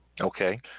Okay